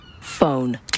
Phone